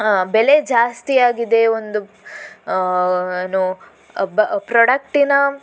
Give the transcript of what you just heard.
ಬೆಲೆ ಜಾಸ್ತಿ ಆಗಿದೆ ಒಂದು ನೋ ಬ ಪ್ರೊಡಕ್ಟಿನ